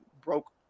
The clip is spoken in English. broke